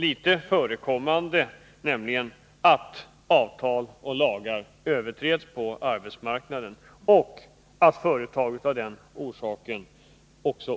Det förekommer nämligen inte sällan att avtal och lagar överträds på arbetsmarknaden och att företag av den orsaken